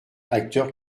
acteurs